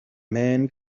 men